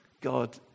God